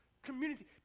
Community